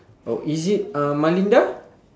oh is it uh malinda